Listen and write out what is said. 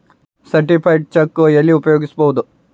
Certified cheque ಎಲ್ಲಿ ಉಪಯೋಗಿಸ್ಬೋದು?